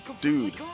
dude